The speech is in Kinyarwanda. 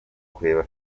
kureba